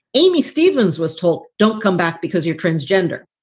amy stevens was told don't come back because you're transgender.